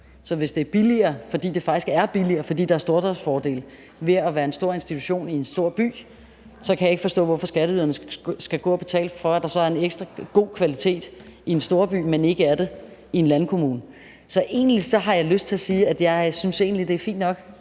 Så hvis det er billigere, fordi det faktisk er billigere, at der er stordriftsfordele ved at være en stor institution i en stor by, så kan jeg ikke forstå, hvorfor skatteyderne skal gå og betale for, at der er en ekstra god kvalitet i en storby, mens der ikke er det i en landkommune. Så egentlig har jeg lyst til at sige, at jeg synes, det er fint nok,